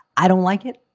i don't like it.